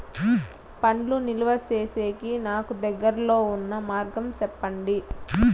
పండ్లు నిలువ సేసేకి నాకు దగ్గర్లో ఉన్న మార్గం చెప్పండి?